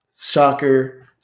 Shocker